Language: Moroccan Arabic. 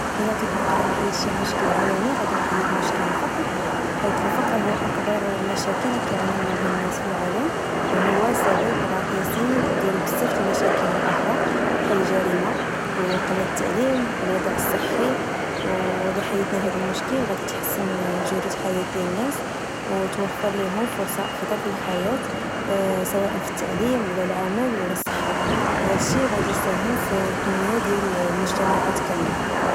الى كنت غادي نحيد شي مشكل عالمي غادي نحيد مشكل الفقر حيت الفقر هو اكبر المشاكل التي يعاني منها الناس في العالم وهو سبب رئيسي ديال المشاكل الاخرى بحال الجريمة وقلة التعليم والوضع الصحي ولحل هذا المشكل غادي تحسن جودة حياة ديال الناس وتوفر لهم فرص افضل في الحياة سواء في التعليم ولا العمل ولا الصحة وهادشي غادي يساهم في تنمية ديال المجتمعات كامله